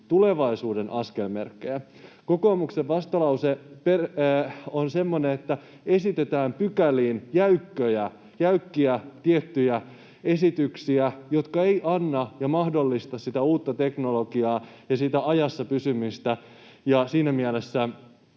tulevaisuuden askelmerkkejä. Kokoomuksen vastalause on semmoinen, että esitetään pykäliin tiettyjä, jäykkiä esityksiä, jotka eivät anna ja mahdollista sitä uutta teknologiaa ja ajassa pysymistä, ja siinä mielessä